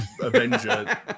Avenger